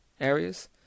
areas